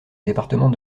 département